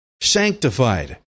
sanctified